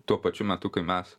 tuo pačiu metu kai mes